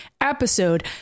episode